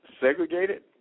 segregated